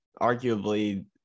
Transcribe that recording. arguably